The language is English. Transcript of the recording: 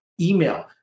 email